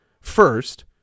first